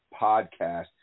Podcast